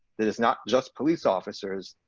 that is not just police officers,